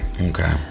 Okay